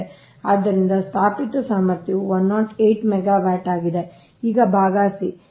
ಆದ್ದರಿಂದ ಸ್ಥಾಪಿತ ಸಾಮರ್ಥ್ಯವು 108 ಮೆಗಾವ್ಯಾಟ್ ಆಗಿದೆ